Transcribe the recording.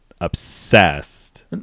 obsessed